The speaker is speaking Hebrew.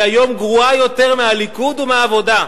היא היום גרועה יותר מהליכוד ומהעבודה.